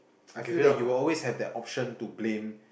I feel that you were always have that options to blame